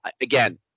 again